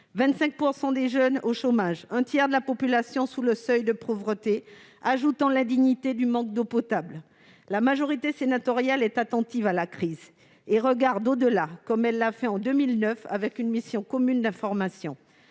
25 % des jeunes sont au chômage, un tiers de la population vit sous le seuil de pauvreté. À cela s'ajoute l'indignité du manque d'eau potable. La majorité sénatoriale est attentive à la crise et regarde au-delà, comme elle l'a fait en 2009 en créant une mission commune d'information.